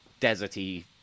deserty